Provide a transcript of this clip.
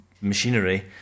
machinery